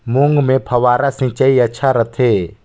मूंग मे फव्वारा सिंचाई अच्छा रथे?